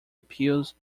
appeals